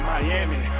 Miami